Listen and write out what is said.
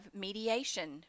mediation